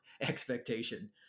expectation